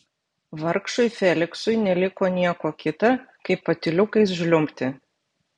vargšui feliksui neliko nieko kita kaip patyliukais žliumbti